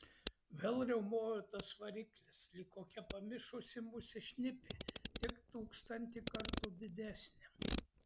vėl riaumojo tas variklis lyg kokia pamišusi musė šnipė tik tūkstantį kartų didesnė